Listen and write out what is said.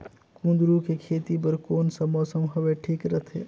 कुंदूरु के खेती बर कौन सा मौसम हवे ठीक रथे?